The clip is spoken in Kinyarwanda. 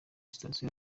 sitasiyo